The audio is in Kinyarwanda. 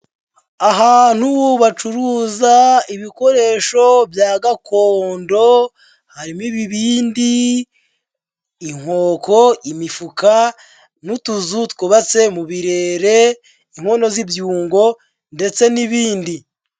Ahantu bacuruza ibikoresho bya gakondo harimo ibibindi, inkoko, imifuka, n'utuzu twubatse mu birere, inkono z'ibyungo, ndetse n'ibindi.